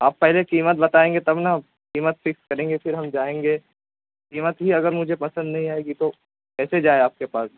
آپ پہلے قیمت بتائیں گے تب نا قیمت فکس کریں گے پھر ہم جائیں گے قیمت ہی اگر مجھے پسند نہیں آئے گی تو کیسے جائیں آپ کے پاس